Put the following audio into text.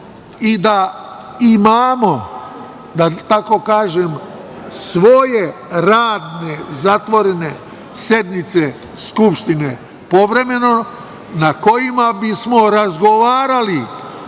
i da imamo svoje radne zatvorene sednice Skupštine povremeno, na kojima bismo razgovarali